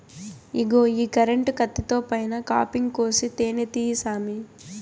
ఇగో ఈ కరెంటు కత్తితో పైన కాపింగ్ కోసి తేనే తీయి సామీ